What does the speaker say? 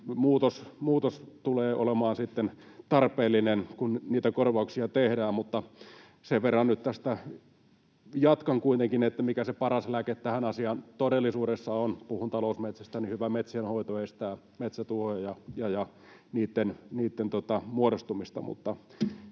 muutos tulee olemaan sitten tarpeellinen, kun niitä korvauksia tehdään. Sen verran nyt tästä jatkan kuitenkin, että mikä se paras lääke tähän asiaan todellisuudessa on, kun puhutaan talousmetsästä: hyvä metsienhoito estää metsätuhoja ja niitten muodostumista.